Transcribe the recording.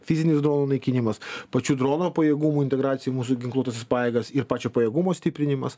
fizinis naikinimas pačių dronų pajėgumų integracija į mūsų ginkluotąsias pajėgas ir pačio pajėgumo stiprinimas